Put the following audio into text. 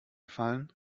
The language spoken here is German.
fallen